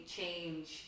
change